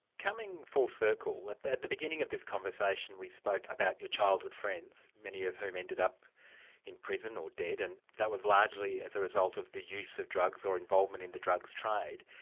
coming full circle, at the beginning of this conversation we spoke about your childhood friends, many of whom ended up in prison or dead, and that was largely as a result of the use of drugs or involvement in the drugs trade,